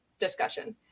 discussion